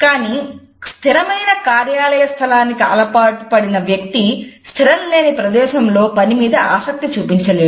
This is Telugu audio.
కానీ స్థిరమైన కార్యాలయస్థలానికి అలవాటుపడిన వ్యక్తి స్థిరం లేని ప్రదేశంలో పనిమీద ఆసక్తి చూపించలేడు